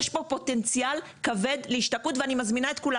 יש פה פוטנציאל כבד להשתקעות ואני מזמינה את כולם